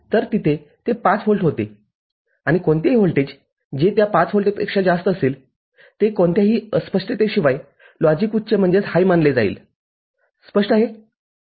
तर तिथे ते ५ व्होल्ट होते आणि कोणतेही व्होल्टेज जे त्या ५ व्होल्टपेक्षा जास्त असेल ते कोणत्याही अस्पष्टतेशिवाय लॉजिक उच्च मानले जाईल स्पष्ट आहे